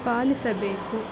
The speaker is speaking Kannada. ಪಾಲಿಸಬೇಕು